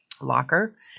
Locker